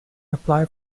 apply